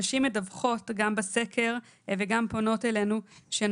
נשים מדווחות גם בסקר וגם פונות אלינו שהן